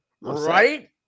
Right